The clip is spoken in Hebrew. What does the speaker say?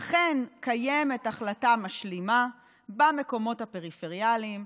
אכן, קיימת החלטה משלימה במקומות הפריפריאליים,